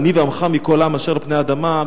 "אני ועמך מכל העם אשר על פני האדמה",